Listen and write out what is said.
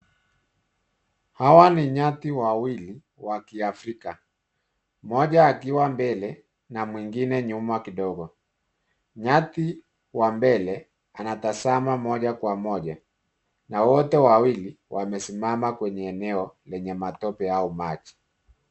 Hawa ni nyati wawili wa kiafrika mmoja akiwa mbele na mwingine nyuma kidogo. Nyati wa mbele anatazama moja kwa moja na wote wawili wamesimama kwenye eneo lenye matope au maji.